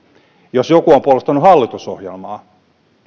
jos joku on puolustanut hallitusohjelmaa niin